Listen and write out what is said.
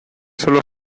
solo